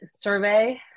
survey